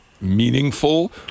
meaningful